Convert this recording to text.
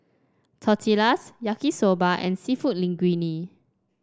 Tortillas Yaki Soba and seafood Linguine